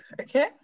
okay